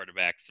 quarterbacks